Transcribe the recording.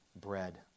bread